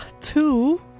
Two